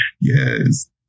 yes